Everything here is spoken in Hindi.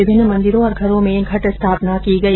विभिन्न मंदिरों और घरों में घट स्थापना की गई